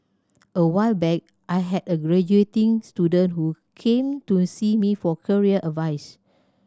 a while back I had a graduating student who came to see me for career advice